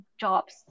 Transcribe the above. jobs